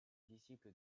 disciple